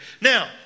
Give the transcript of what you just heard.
Now